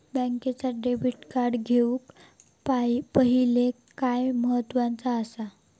बँकेचा debit card घेउक पाहिले काय महत्वाचा असा?